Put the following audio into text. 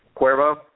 Cuervo